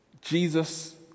Jesus